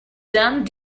done